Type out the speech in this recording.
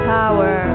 power